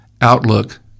outlook